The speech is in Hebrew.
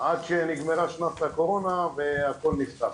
עד שנגמרה תקופת הקורונה והכל נפתח.